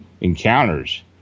encounters